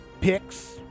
picks